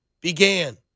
began